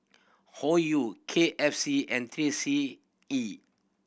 Hoyu K F C and Three C E